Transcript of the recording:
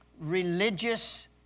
religious